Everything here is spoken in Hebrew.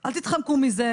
אל תתחמקו מזה.